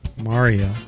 Mario